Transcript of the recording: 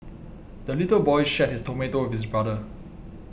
the little boy shared his tomato with his brother